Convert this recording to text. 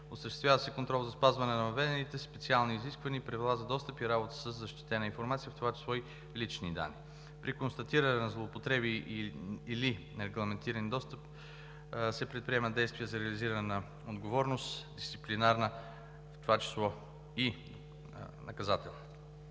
Осъществява се контрол за спазването на въведените специални изисквания и правила за достъп и работа със защитена информация, в това число и с лични данни. При констатиране на злоупотреби и/или нерегламентиран достъп, се предприемат действия за реализиране на отговорност – дисциплинарна, в това число и наказателна.